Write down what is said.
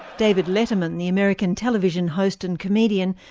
david letterman the american television host and comedian,